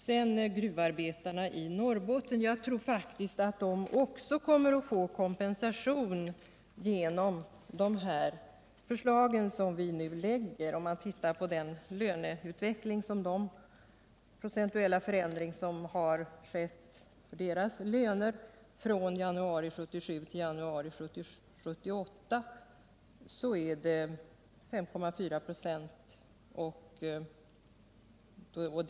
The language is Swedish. Beträffande gruvarbetarna i Norrbotten så tror jag att de också kommer att få kompensation genom det förslag som vi nu lägger fram. Om man tittar på den procentuella förändring som har skett för deras löner från januari 1977 till januari 1978 så finner man att den är 5,4 96.